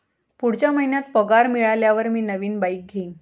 पुढच्या महिन्यात पगार मिळाल्यावर मी नवीन बाईक घेईन